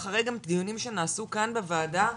גם אחרי דיונים שנעשו כאן בוועדה,